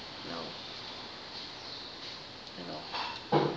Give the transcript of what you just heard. you know you know